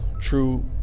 true